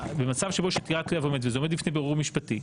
במצב שבו יש עתירה תלויה ועומדת וזה עומד בפני בירור משפטי,